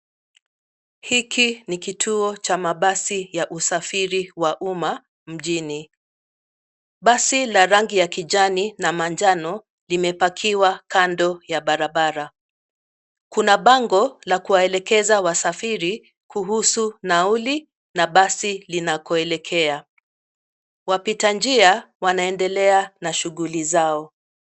Hiki ni kituo cha mabasi ya usafiri wa umma mjini. Basi la rangi ya kijani na manjano limepakiwa kando ya barabara. Kuna bango la kuwaelekeza wasafiri kuhusu nauli na basi linakoelekea. Wapita njia wanaendelea na shughuli zao.